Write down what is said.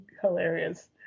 hilarious